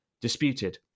disputed